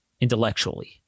intellectually